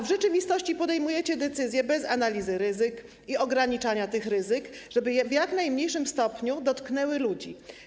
W rzeczywistości podejmujecie decyzje bez analizy ryzyk i ograniczania tych ryzyk, żeby w jak najmniejszym stopniu dotknęły ludzi.